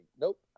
Nope